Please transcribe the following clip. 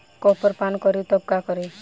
Copper पान करी तब का करी?